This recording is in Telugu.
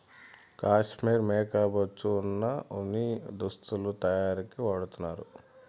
కాశ్మీర్ మేకల బొచ్చే వున ఉన్ని దుస్తులు తయారీకి వాడతన్నారు